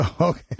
Okay